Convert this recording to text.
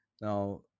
Now